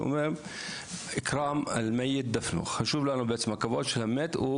שהוא אומר שחשוב לנו בעצם הכבוד של המת,